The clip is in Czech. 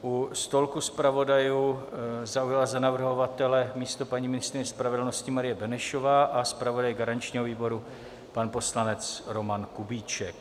U stolku zpravodajů zaujala za navrhovatele místo paní ministryně spravedlnosti Marie Benešová a zpravodaj garančního výboru pan poslanec Roman Kubíček.